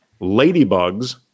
Ladybugs